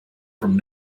from